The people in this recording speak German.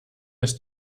ist